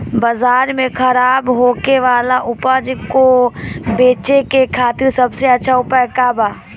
बाजार में खराब होखे वाला उपज को बेचे के खातिर सबसे अच्छा उपाय का बा?